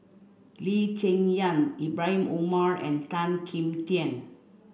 Lee Cheng Yan Ibrahim Omar and Tan Kim Tian